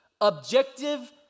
objective